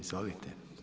Izvolite.